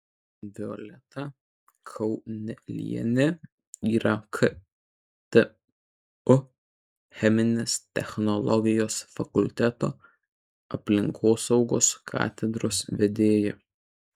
violeta kaunelienė yra ktu cheminės technologijos fakulteto aplinkosaugos katedros vedėja